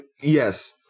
Yes